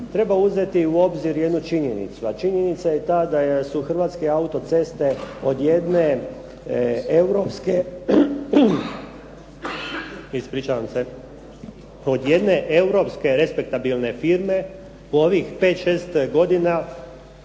treba uzeti u obzir jednu činjenicu, a činjenica je ta da su Hrvatske autoceste od jedne europske respektabilne firme u ovih pet, šest godina